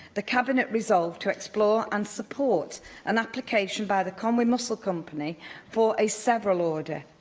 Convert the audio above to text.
the cabinet resolved to explore and support an application by the conwy mussels company for a several order.